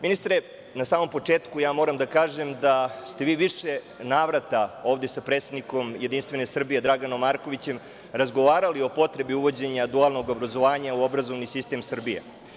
Ministre, na samom početku, ja moram da kažem da ste vi u više navrata ovde sa predsednikom JS Draganom Markovićem razgovarali o potrebi uvođenja dualnog obrazovanja u obrazovni sistem Srbije.